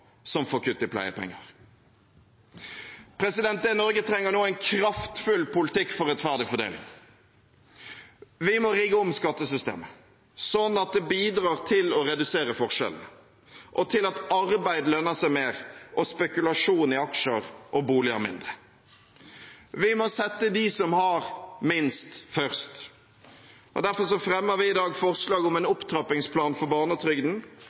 som får kutt i pleiepenger. Det Norge trenger nå, er en kraftfull politikk for rettferdig fordeling. Vi må rigge om skattesystemet sånn at det bidrar til å redusere forskjellene, og til at arbeid lønner seg mer og spekulasjon i aksjer og boliger mindre. Vi må sette dem som har minst først. Derfor fremmer vi i dag forslag om en opptrappingsplan for barnetrygden,